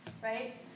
Right